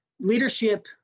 leadership